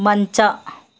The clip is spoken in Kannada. ಮಂಚ